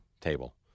table